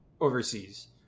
overseas